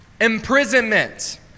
Imprisonment